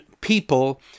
people